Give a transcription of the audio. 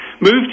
moved